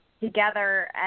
together